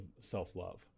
self-love